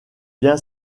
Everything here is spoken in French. bien